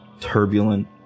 turbulent